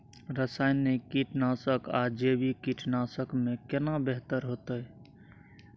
रसायनिक कीटनासक आ जैविक कीटनासक में केना बेहतर होतै?